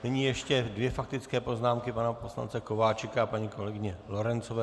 Nyní ještě dvě faktické poznámky pana poslance Kováčika a paní kolegyně Lorencové.